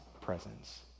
presence